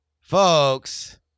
Folks